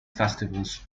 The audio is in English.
festivals